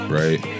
right